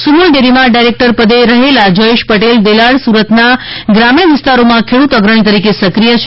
સુમુલ ડેરીમાં ડાયરેક્ટર પદે રહેલા જયેશ પટેલ દેલાડ સુરતના ગ્રામીણ વિસ્તારોમાં ખેડૂત અગ્રણી તરીકે સક્રિય છે